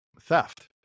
theft